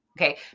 Okay